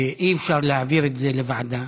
ואי-אפשר להעביר את זה לוועדה,